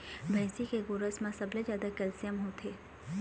भइसी के गोरस म सबले जादा कैल्सियम होथे